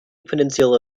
peninsula